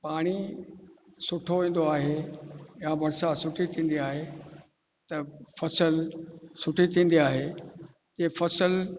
पाणी सुठो ईंदो आहे या बरिसात सुठी थींदी आहे त फ़सुलु सुठी थींदी आहे इहा फ़सुलु